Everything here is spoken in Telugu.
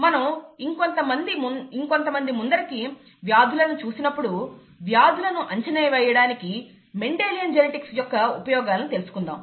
మనం ఇంకొంత ముందరకి వ్యాధుల ని చూసినప్పుడు వ్యాధులను అంచనా వేయడానికి మెండిలియన్ జెనెటిక్స్ యొక్క ఉపయోగాలను తెలుసుకుందాము